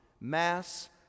mass